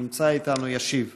שנמצא איתנו, ישיב.